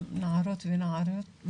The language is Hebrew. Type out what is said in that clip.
הסיפורים של אותן נערות ואותם נערים.